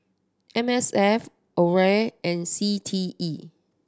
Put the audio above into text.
M S F AWARE and C T E